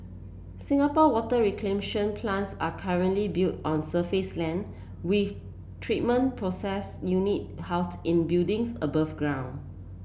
Singapore water plants are currently built on surface land with treatment process unit house in buildings above ground